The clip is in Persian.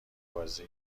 بازی